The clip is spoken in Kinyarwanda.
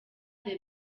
the